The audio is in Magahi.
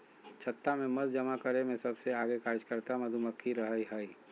छत्ता में मध जमा करे में सबसे आगे कार्यकर्ता मधुमक्खी रहई हई